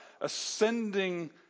ascending